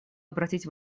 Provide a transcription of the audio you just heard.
обратить